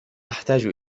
أحتاج